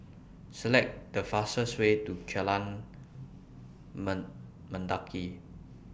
Select The fastest Way to Jalan Mend Mendaki